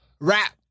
rap